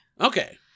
Okay